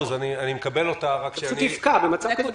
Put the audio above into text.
במצב כזה זה פשוט יפקע.